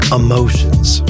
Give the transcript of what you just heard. emotions